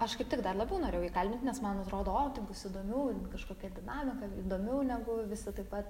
aš kaip tik dar labiau norėjau jį kalbint nes man atrodo o tai bus įdomiau kažkokia dinamika įdomiau negu visi taip pat